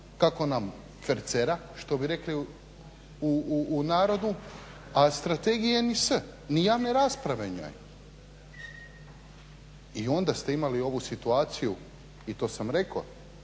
kako nam fercera što bi rekli u narodu, a strategije ni s, ni javne rasprave o njoj. I onda ste imali ovu situaciju i to sam rekao